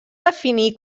definir